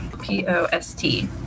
P-O-S-T